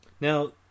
Now